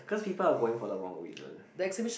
cause people are going for the wrong reason